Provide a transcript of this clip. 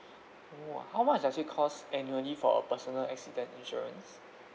!wah! how much does it cost annually for a personal accident insurance